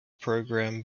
program